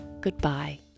goodbye